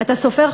אתה סופר,